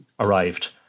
Arrived